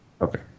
Okay